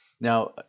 Now